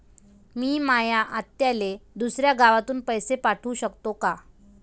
मी माया आत्याले दुसऱ्या गावातून पैसे पाठू शकतो का?